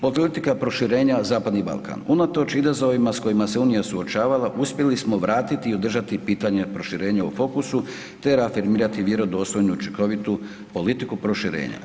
Politika proširenja Zapadni Balkan, unatoč izazovima s kojima se unija suočavala uspjeli smo vratiti i održati pitanje proširenja u fokusu te reafirmirati vjerodostojnu i učinkovitu politiku proširenja.